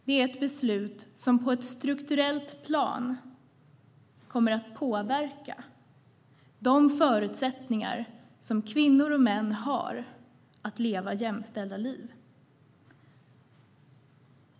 Det är ett beslut som på ett strukturellt plan kommer att påverka de förutsättningar som kvinnor och män har att leva jämställda liv.